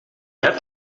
hebt